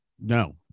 no